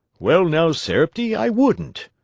well, now, sarepty, i wouldn't.